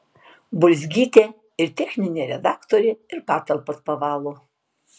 bulzgytė ir techninė redaktorė ir patalpas pavalo